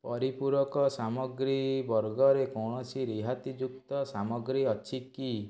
ପରିପୂରକ ସାମଗ୍ରୀ ବର୍ଗରେ କୌଣସି ରିହାତିଯୁକ୍ତ ସାମଗ୍ରୀ ଅଛି କି